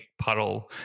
puddle